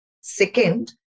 Second